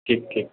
ठीक ठीक